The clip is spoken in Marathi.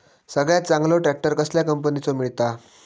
सगळ्यात चांगलो ट्रॅक्टर कसल्या कंपनीचो मिळता?